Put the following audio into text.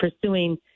pursuing